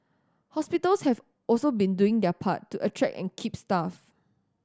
hospitals have also been doing their part to attract and keep staff